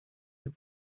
that